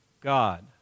God